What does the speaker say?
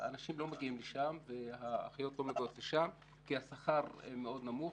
והן לא מגיעות לשם כי השכר מאוד נמוך.